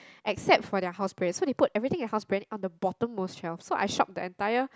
except for their house brand so they put everything the house brand on the bottom of shelf so I shocked that entire